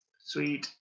Sweet